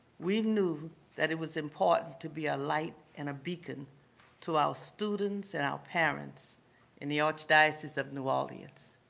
we knew that it was important to be a light and a beacon to our students and our parents in the archdiocese of new orleans.